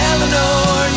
Eleanor